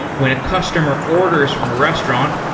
when a customer orders from a restaurant,